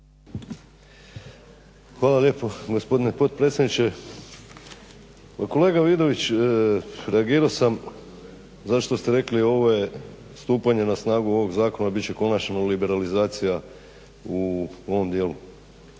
Hvala lijepo gospodine potpredsjedniče. Pa kolega Vidović reagirao sam zato što ste rekli ovo je stupanje na snagu ovog zakona bit će konačno liberalizacija u ovom dijelu.